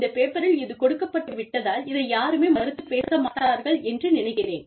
இந்த பேப்பரில் இது கொடுக்கப்பட்டு விட்டதால் இதை யாருமே மறுத்துப் பேச மாட்டார்கள் என்று நினைக்கிறேன்